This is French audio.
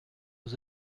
vos